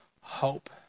hope